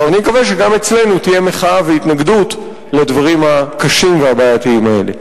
אני מקווה שגם אצלנו תהיה מחאה והתנגדות לדברים הקשים והבעייתיים האלה.